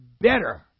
better